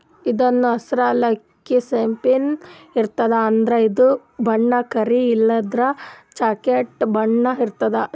ಇದೂನು ಹಸ್ರ್ ಯಾಲಕ್ಕಿ ಅಪ್ಲೆನೇ ಇರ್ತದ್ ಆದ್ರ ಇದ್ರ್ ಬಣ್ಣ ಕರಿ ಇಲ್ಲಂದ್ರ ಚಾಕ್ಲೆಟ್ ಬಣ್ಣ ಇರ್ತದ್